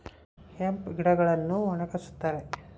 hemp ಗಿಡಗಳನ್ನು ಒಣಗಸ್ತರೆ